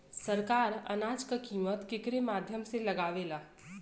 सरकार अनाज क कीमत केकरे माध्यम से लगावे ले?